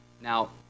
Now